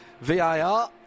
VIR